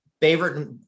favorite